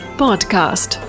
podcast